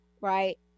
right